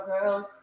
girls